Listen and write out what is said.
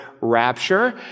rapture